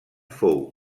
fou